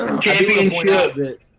Championship